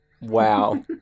Wow